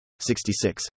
66